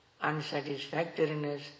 unsatisfactoriness